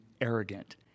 arrogant